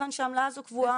מכיוון שהעמלה הזו קבועה.